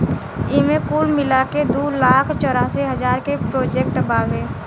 एईमे कुल मिलाके दू लाख चौरासी हज़ार के प्रोजेक्ट बावे